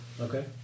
Okay